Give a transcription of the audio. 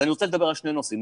ואני רוצה לדבר על שני נושאים,